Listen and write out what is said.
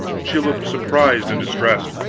she looked surprised and distressed.